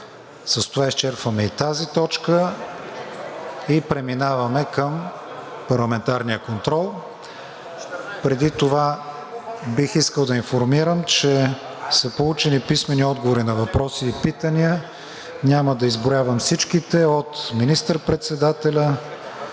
С това изчерпваме и тази точка. Преминаваме към: ПАРЛАМЕНТАРЕН КОНТРОЛ. Преди това бих искал да информирам, че са получени писмени отговори на въпроси и питания, няма да изброявам всичките – от министър-председателя